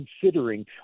considering